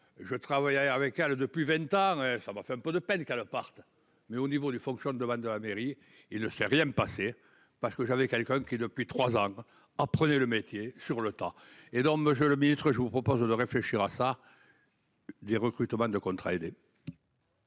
je travaillerai avec elle depuis 20 ans. Ça m'a fait un peu de peine qu'elle parte mais au niveau du fonctionnement de la mairie et le fait rien passé parce que j'avais quelqu'un qui est depuis 3 ans en prenez le métier sur le tas énorme je le ministre, je vous propose de réfléchir à ça. Des recrutements de contrats aidés.